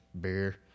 beer